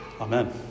Amen